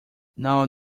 now